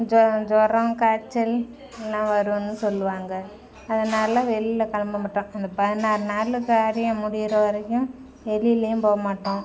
ஜுரோம் காய்ச்சல் எல்லாம் வரும்னு சொல்லுவாங்க அதனால் வெளியில் கிளம்ப மாட்டோம் அந்த பதினாறு நாள் காரியம் முடியற வரைக்கும் வெளிலேயும் போக மாட்டோம்